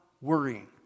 worrying